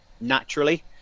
naturally